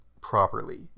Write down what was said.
properly